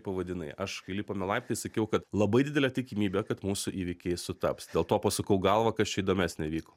pavadinai aš kai lipome laiptais sakiau kad labai didelė tikimybė kad mūsų įvykiai sutaps dėl to pasukau galvą kas čia įdomesnio vyko